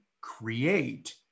create